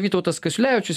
vytautas kasiulevičius